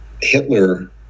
hitler